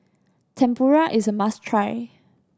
tempura is a must try